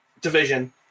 division